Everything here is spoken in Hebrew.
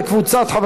חבר